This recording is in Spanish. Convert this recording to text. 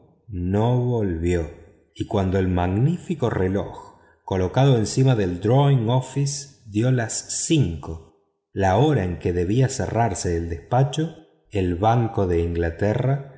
no volvió y cuando el magnífico reloj colocado encima del drawing office dio las cinco la hora en que debía cerrarse el despacho el banco de inglaterra